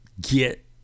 get